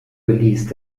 geleast